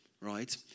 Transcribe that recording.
right